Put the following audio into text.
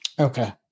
Okay